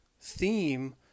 theme